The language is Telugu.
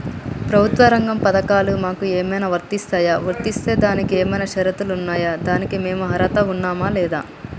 ప్రభుత్వ రంగ పథకాలు మాకు ఏమైనా వర్తిస్తాయా? వర్తిస్తే దానికి ఏమైనా షరతులు ఉన్నాయా? దానికి మేము అర్హత ఉన్నామా లేదా?